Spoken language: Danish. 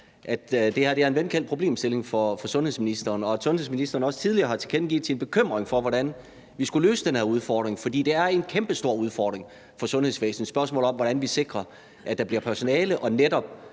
at det her er en velkendt problemstilling for sundhedsministeren, og at sundhedsministeren også tidligere har tilkendegivet sin bekymring for, hvordan vi skulle løse den her udfordring. For det er en kæmpestor udfordring for sundhedsvæsenet, altså spørgsmålet om, hvordan vi sikrer, at der bliver personale nok, og netop